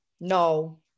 No